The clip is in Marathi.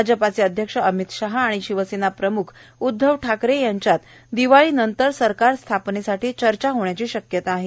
भाजपाचे अध्यक्ष अमीत शहा आणि शिवसेना प्रमुख उदधव ठाकरे यांच्यात दिवाळीनंतर सरकार स्थापनेसाठी चर्चा होण्याची शक्यता आहे